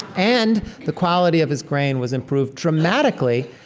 and the quality of his grain was improved dramatically.